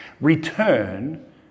Return